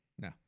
No